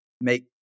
make